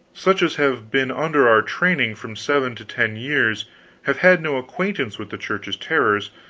such as have been under our training from seven to ten years have had no acquaintance with the church's terrors,